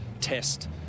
test